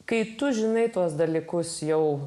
kai tu žinai tuos dalykus jau